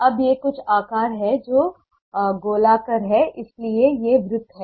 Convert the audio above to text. अब ये कुछ आकार हैं जो गोलाकार हैं इसलिए ये वृत्त हैं